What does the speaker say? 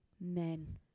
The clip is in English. Men